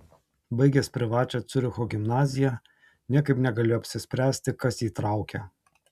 baigęs privačią ciuricho gimnaziją niekaip negalėjo apsispręsti kas jį traukia